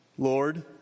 Lord